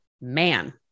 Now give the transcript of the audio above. man